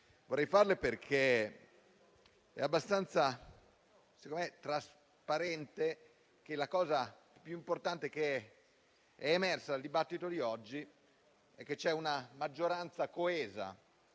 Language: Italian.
però farle. Secondo me, è abbastanza trasparente che la cosa più importante che è emersa dal dibattito di oggi è che c'è una maggioranza coesa